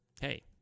hey